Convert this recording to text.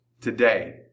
today